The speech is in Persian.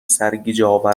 سرگیجهآور